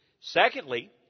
secondly